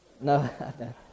No